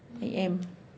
I am